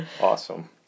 Awesome